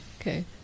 Okay